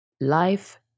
Life